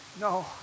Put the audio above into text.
no